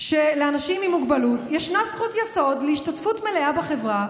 שלאנשים עם מוגבלות ישנה זכות יסוד להשתתפות מלאה בחברה,